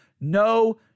no